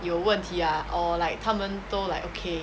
有问题 ah or like 他们都 like okay